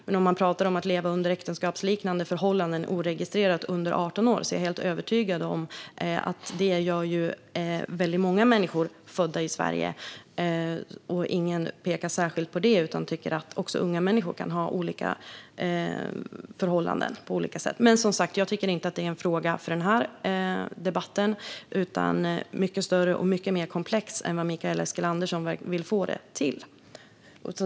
Men om man talar om att leva under äktenskapsliknande förhållanden oregistrerat med någon som är under 18 år, är jag helt övertygad om att väldigt många människor födda i Sverige gör det. Ingen pekar särskilt på det utan tycker att också unga människor kan leva under olika förhållanden. Jag tycker alltså inte att detta är en fråga för denna debatt. Den är mycket större och mycket mer komplex än vad Mikael Eskilandersson vill få den till.